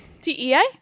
T-E-A